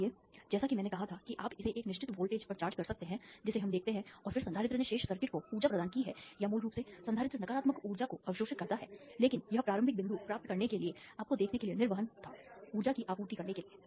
इसलिए जैसा कि मैंने कहा था कि आप इसे एक निश्चित वोल्टेज पर चार्ज कर सकते हैं जिसे हम देखते हैं और फिर संधारित्र ने शेष सर्किट को ऊर्जा प्रदान की है या मूल रूप से संधारित्र नकारात्मक ऊर्जा को अवशोषित करता है लेकिन यह प्रारंभिक बिंदु प्राप्त करने के लिए आपको देखने के लिए निर्वहन था ऊर्जा की आपूर्ति करने के लिए